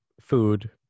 food